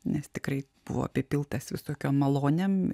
nes tikrai buvo apipiltas visokiom malonėm